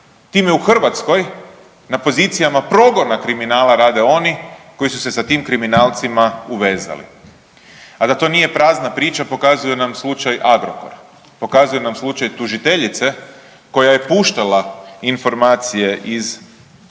time u Hrvatskoj na pozicijama progona kriminala rade oni koji su se sa tim kriminalcima uvezali. A da to nije prazna priča pokazuje nam slučaj AGROKOR, pokazuje nam slučaj tužiteljice koja je puštala informacije iz istrage